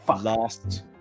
Last